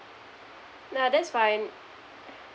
nah that's fine